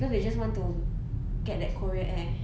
cause we just want to get the korea air